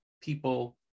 people